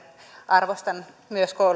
arvostan myös